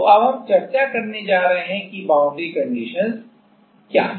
तो अब हम चर्चा करने जा रहे हैं कि बाउंड्री कंडीशनस क्या हैं